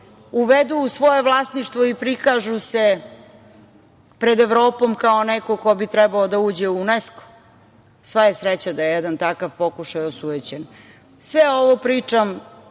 uvedu u svoje vlasništvo i prikažu se pred Evropom kao neko ko bi trebao da uđe u UNESKO. Sva je sreća da je jedan takav pokušaj osujećen. Sve ovo pričam